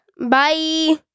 bye